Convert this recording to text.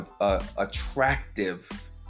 attractive